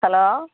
hello